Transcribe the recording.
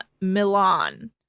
Milan